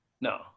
No